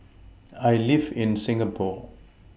I live in Singapore